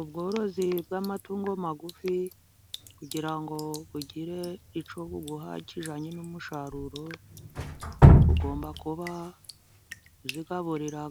Ubworozi bw'amatungo magufi kugira ngo bugire icyo buguha kijanye n'umusaruro, ugomba kuba uzigaburira,